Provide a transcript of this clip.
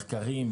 מחקרים?